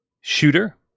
shooter